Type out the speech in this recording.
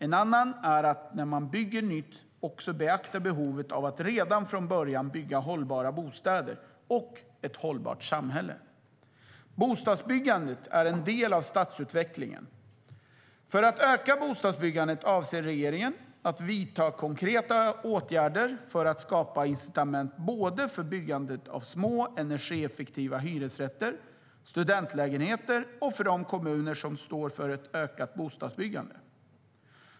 En annan är att när man bygger nytt också beakta behovet av att redan från början bygga hållbara bostäder och ett hållbart samhälle. Bostadsbyggandet är en del av stadsutvecklingen. För att öka bostadsbyggandet avser regeringen att vidta konkreta åtgärder för att skapa incitament både för byggandet av små energieffektiva hyresrätter och studentlägenheter och för de kommuner som står för ett ökat bostadsbyggande.